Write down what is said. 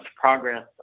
progress